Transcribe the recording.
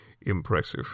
impressive